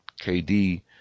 KD